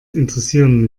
interessieren